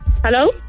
hello